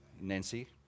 Nancy